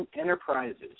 Enterprises